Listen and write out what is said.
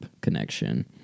Connection